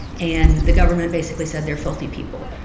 and the government basically said, they're filthy people.